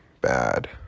bad